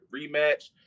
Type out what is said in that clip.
rematch